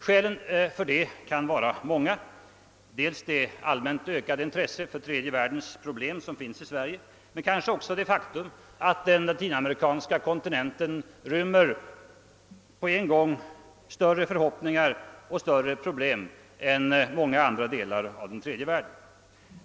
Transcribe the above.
Skälen för det kan vara många: dels det allmänt ökade intresset för tredje världens problem, dels kanske också det faktum att den latinamerikanska kontinenten rymmer större förhoppningar och större problem än många andra delar av den tredje världen.